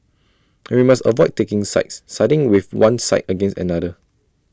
and we must avoid taking sides siding with one side against another